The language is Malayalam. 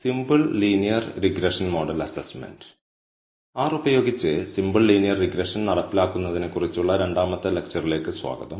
simple linear regression model assessment R ഉപയോഗിച്ച് സിംപിൾ ലീനിയർ റിഗ്രഷൻ നടപ്പിലാക്കുന്നതിനെക്കുറിച്ചുള്ള രണ്ടാമത്തെ ലെക്ച്ചറിലേക്ക് സ്വാഗതം